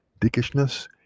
dickishness